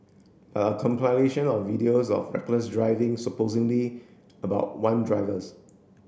a compilation of videos of reckless driving supposedly about one drivers